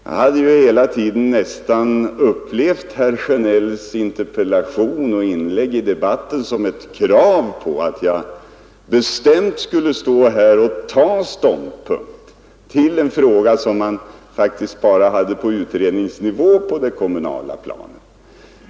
Jag hade ju hela tiden upplevt herr Sjönells interpellation och hans inlägg i debatten som ett krav på att jag bestämt skulle ta ståndpunkt i en fråga som man faktiskt bara har på utredningsnivå på det kommunala planet.